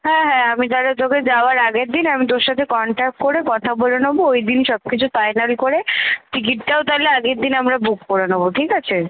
হ্যাঁ হ্যাঁ আমি তালে তোকে যাওয়ার আগের দিন আমি তোর সাথে কন্ট্যাক্ট করে কথা বলে নোবো ওই দিনই সব কিছু ফাইনাল করে টিকিটটাও তালে আগের দিন আমরা বুক করে নোবো ঠিক আছে